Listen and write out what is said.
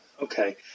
Okay